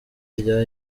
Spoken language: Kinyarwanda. irya